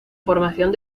formación